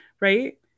right